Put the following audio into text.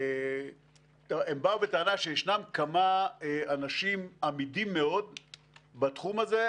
הם באו בטענה שישנם כמה אנשים אמידים מאוד בתחום הזה,